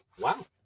wow